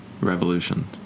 Revolution